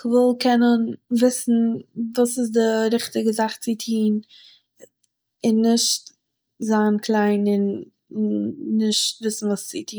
כ'וויל קענען וויסן וואס איז די ריכטיגע זאך צו טוהן און נישט זיין קליין און נישט וויסן וואס צו טוהן